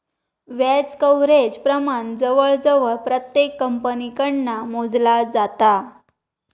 व्याज कव्हरेज प्रमाण जवळजवळ प्रत्येक कंपनीकडना मोजला जाता